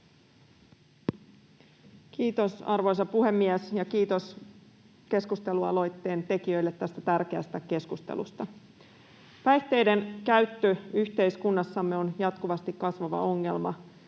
Kiitos, arvoisa puhemies! Kiitos keskustelualoitteen tekijöille tästä tärkeästä keskustelusta. Päihteiden käyttö yhteiskunnassamme on jatkuvasti kasvava ongelma,